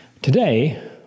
today